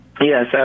Yes